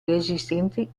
resistenti